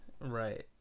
Right